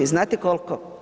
Znate koliko?